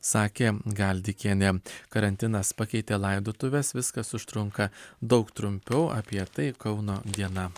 sakė galdikienė karantinas pakeitė laidotuves viskas užtrunka daug trumpiau apie tai kauno diena